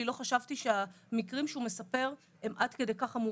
לא חשבתי שהמקרים שהוא מספר הם עד כדי כך חמורים.